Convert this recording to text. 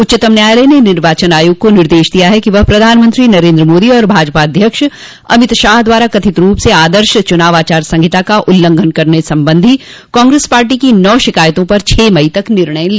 उच्चतम न्यायालय ने निर्वाचन आयोग को निर्देश दिया है कि वह प्रधानमंत्री नरेन्द्र मोदी और भाजपा अध्यक्ष अमित शाह द्वारा कथित रूप से आदर्श चुनाव आचार संहिता का उल्लंघन करने संबंधी कांग्रेस पार्टी की नौ शिकायतों पर छह मई तक निर्णय ले